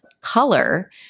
color